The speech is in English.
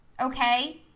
okay